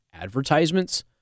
advertisements